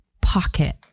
pocket